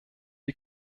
die